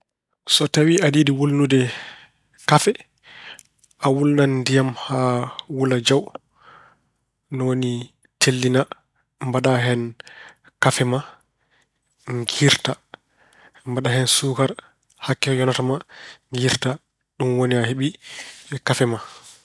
So tawi aɗa yiɗi wulnude kafe, a wulnan ndiyam haa wula jaw. Ni woni tellinaa, mbaɗaa hen kafe ma, ngiirta, mbaɗaa hen suukara hakke ko yonata ma, ngiirta. Ɗum woni a heɓii kafe ma.